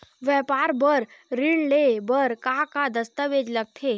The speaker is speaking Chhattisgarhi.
व्यापार बर ऋण ले बर का का दस्तावेज लगथे?